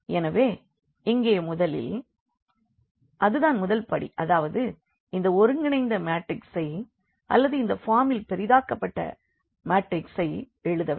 எனவே இங்கே முதலில் அது தான் முதல் படி அதாவது இந்த ஒருங்கிணைந்த மேட்ரிக்சை அல்லது இந்த பார்மில் பெரிதாக்கப்பட்ட மேட்ரிக்சை எழுதவேண்டும்